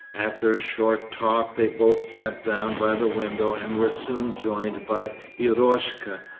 after a short talk they both sat down by the window and were soon joined by eroshka,